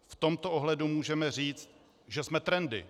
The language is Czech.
V tomto ohledu můžeme říci, že jsme trendy.